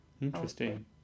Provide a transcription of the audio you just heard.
Interesting